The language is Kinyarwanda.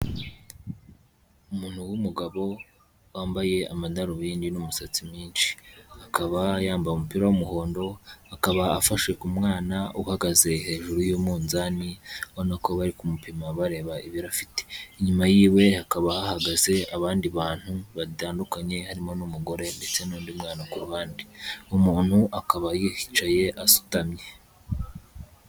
Umuntu w'umugabo wambaye amadarubindi n'umusatsi mwinshi, akaba yambaye umupira w'umuhondo akaba afashe k'umwana uhagaze hejuru y'umunzani, ubona ko bari kumupima bareba ibiro afite, inyuma yiwe hakaba hahagaze abandi bantu batandukanye harimo n'umugore ndetse n'undi mwana ku ruhande, uwo muntu akaba yicaye asutamye.